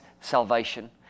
salvation